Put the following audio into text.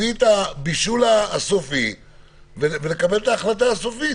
יכול להיות שאתם צריכים להביא את הבישול הסופי ולקבל את ההחלטה הסופית,